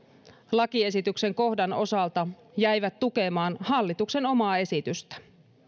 lakiesityksen kohdan osalta jäivät tukemaan hallituksen omaa esitystä